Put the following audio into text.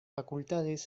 facultades